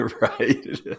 Right